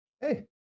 Hey